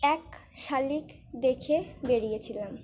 এক শালিক দেখে বেরিয়েছিলাম